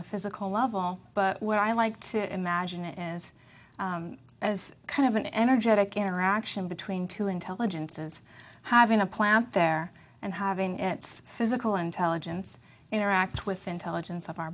the physical level but what i like to imagine is as kind of an energetic interaction between two intelligences having a plant there and having its physical intelligence interact with the intelligence of our